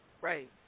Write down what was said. Right